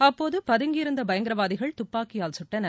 அப்போது பதங்கியிருந்த பயங்கரவாதிகள் துப்பாக்கியால் குட்டனர்